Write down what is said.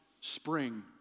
Spring